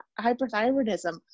hyperthyroidism